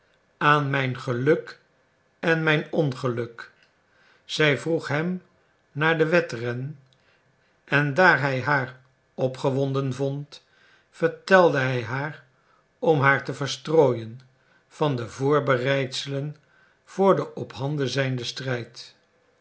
aan mijn geluk en mijn ongeluk zij vroeg hem naar den wedren en daar hij haar opgewonden vond vertelde hij haar om haar te verstrooien van de voorbereidselen voor den ophanden zijnden strijd